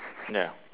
ya